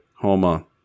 Homa